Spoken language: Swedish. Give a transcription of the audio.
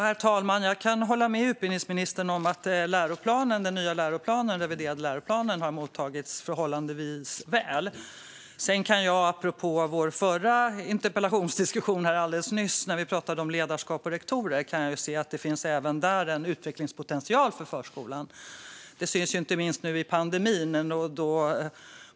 Herr talman! Jag kan hålla med utbildningsministern om att den reviderade läroplanen har mottagits förhållandevis väl. Sedan kan jag apropå vår förra interpellationsdebatt alldeles nyss, där vi pratade om ledarskap och rektorer, se att det även där finns en utvecklingspotential för förskolan. Det syns inte minst nu under pandemin.